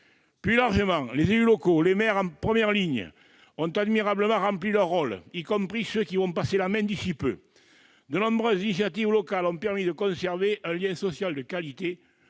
Plus largement, les élus locaux, les maires en première ligne, ont admirablement rempli leur rôle, y compris ceux qui vont passer la main d'ici peu. De nombreuses initiatives locales ont permis de conserver un lien social de qualité